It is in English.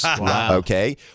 okay